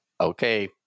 okay